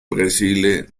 brasile